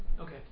Okay